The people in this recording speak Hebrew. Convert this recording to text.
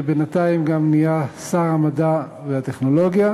שבינתיים גם נהיה שר המדע והטכנולוגיה,